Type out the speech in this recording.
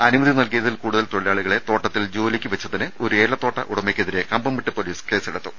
അനുമതി നൽകിയതിൽ കൂടുതൽ തൊഴിലാളികളെ തോട്ടത്തിൽ ജോലിക്ക് വെച്ചതിന് ഒരു ഏലത്തോട്ട ഉടമയ്ക്കെതിരെ കമ്പംമെട്ട് പൊലീസ് കേസെടുത്തു